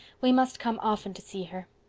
we must come often to see her.